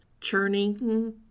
churning